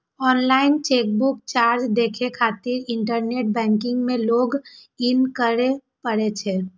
online chequebook charge देखै खातिर internet banking मे लॉग इन करै पड़ै छै